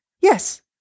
yes